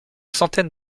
centaine